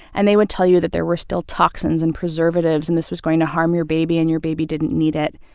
and they would tell you that there were still toxins and preservatives, and this was going to harm your baby and your baby didn't need it.